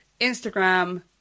instagram